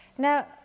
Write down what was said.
Now